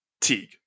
Teague